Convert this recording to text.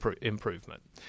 improvement